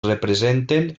representen